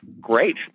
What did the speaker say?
great